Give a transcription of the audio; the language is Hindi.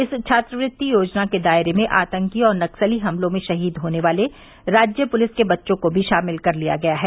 इस छात्रवृत्ति योजना के दायरे में आतंकी और नक्सली हमलों में शहीद होने वाले राज्य पुलिस के बच्चों को भी शामिल कर लिया गया है